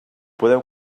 podeu